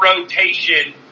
rotation